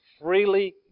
freely